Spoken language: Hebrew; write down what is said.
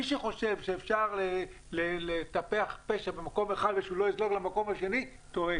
מי שחושב שאפשר לטפח פשע במקום אחד ושהוא לא יזלוג למקום השני טועה,